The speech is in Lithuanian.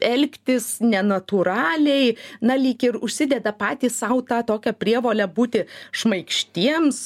elgtis nenatūraliai na lyg ir užsideda patys sau tą tokią prievolę būti šmaikštiems